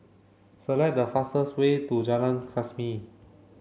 select the fastest way to Jalan Khamis